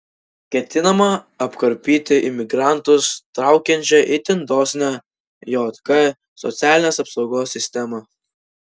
ketinama apkarpyti imigrantus traukiančią itin dosnią jk socialinės apsaugos sistemą